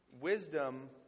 wisdom